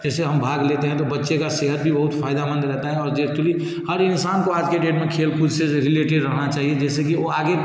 जैसे हम भाग लेते हैं तो बच्चे की सेहत भी बहुत फ़ायदेमंद रहती है और जे एक्चुली हर इंसान को आज के डेट में खेल कूद से रिलेटेड रहना चाहिए जिससे की ओ आगे